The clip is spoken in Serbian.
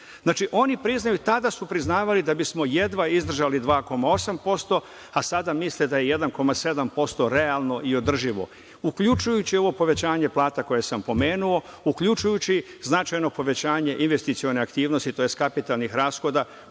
Znači, oni su tada priznavali da bismo jedva izdržali 2,8%, a sada misle da je 1,7% realno i održivo, uključujući i ovo povećanje plata koje sam pomenuo, uključujući značajno povećanje investicione aktivnosti, tj. kapitalnih rashoda